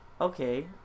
Okay